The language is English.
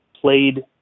played